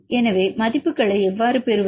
எனவே மதிப்புகளை எவ்வாறு பெறுவது